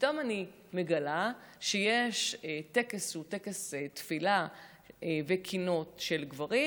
פתאום אני מגלה שיש טקס שהוא טקס תפילה וקינות של גברים,